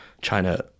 China